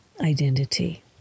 identity